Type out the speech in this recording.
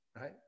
Right